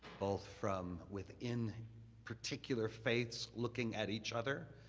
both from within particular faiths looking at each other,